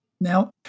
Now